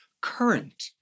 current